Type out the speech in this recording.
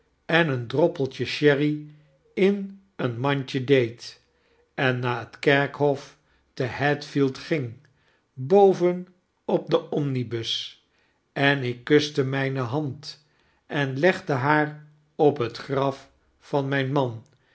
en een droppeltje sherry in een mandje deed en naar het kerkhof te he field ging boven op den omnibus en ikkustemyne hand en legde haar op het graf van myn man